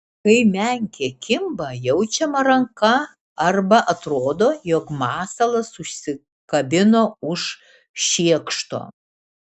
kai menkė kimba jaučiama ranka arba atrodo jog masalas užsikabino už šiekšto